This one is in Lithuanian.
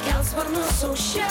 kels sparnus už šią